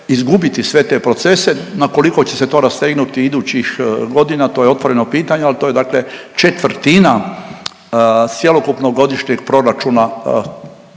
izgubiti sve te procese, na koliko će se to rastegnuti idućih godina, to je otvoreno pitanje, ali to je dakle četvrtina cjelokupnog godišnjeg proračuna